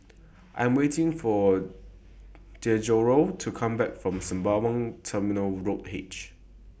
I Am waiting For Gregorio to Come Back from Sembawang Terminal Road H